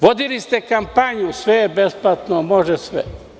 Vodili ste kampanju „sve je besplatno“, „može sve“